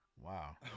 Wow